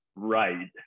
Right